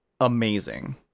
amazing